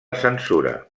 censura